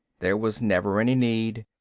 there was never any need.